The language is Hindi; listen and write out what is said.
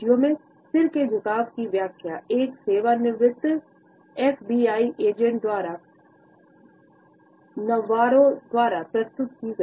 मैंने कुत्ते की एक तस्वीर दिखाई इस वीडियो में सिर के झुकाव की व्याख्या एक सेवानिवृत्त एफबीआई एजेंट नवारो द्वारा प्रस्तुत की गई है